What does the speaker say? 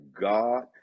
God